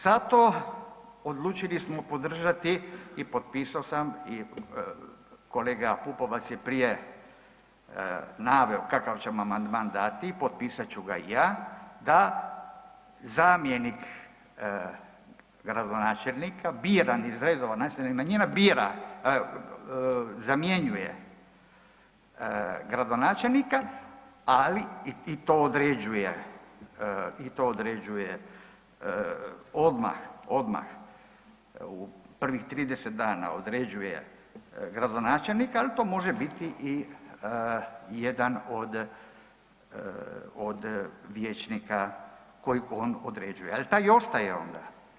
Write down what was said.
Zato odlučili smo podržati i potpiso sam i kolega Pupovac je prije naveo kakav ćemo amandman dati, potpisat ću ga i ja, da zamjenik gradonačelnika biran iz redova nacionalnih manjina bira, zamjenjuje gradonačelnika, ali i to određuje i to određuje odmah, odmah u prvih 30 dana određuje gradonačelnika, al to može biti i jedan od, od vijećnika kojeg on određuje, al taj i ostaje onda.